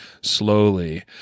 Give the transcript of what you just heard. slowly